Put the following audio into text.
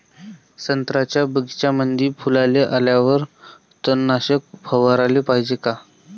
संत्र्याच्या बगीच्यामंदी फुलाले आल्यावर तननाशक फवाराले पायजे का?